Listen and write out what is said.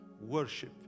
worship